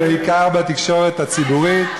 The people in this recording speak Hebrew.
ובעיקר בתקשורת הציבורית.